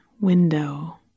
window